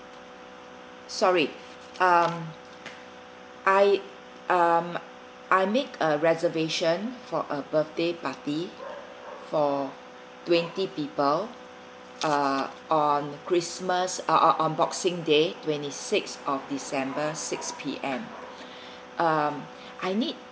sorry um I um I make a reservation for a birthday party for twenty people uh on christmas uh on on on boxing day twenty six of december six P_M um I need